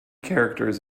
characters